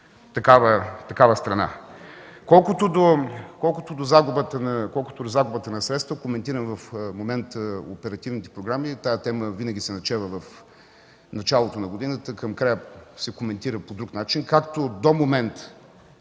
такава страна. Колкото до загубата на средства – в момента коментирам оперативните програми, тази тема винаги се начева в началото на годината, към края се коментира по друг начин. До към